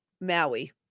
Maui